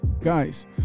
guys